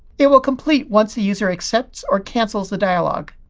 it will complete once the user accepts or cancels the dialog.